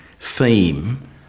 theme